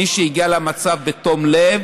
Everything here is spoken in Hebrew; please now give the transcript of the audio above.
מי שהגיע למצב בתום לב,